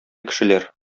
кешеләр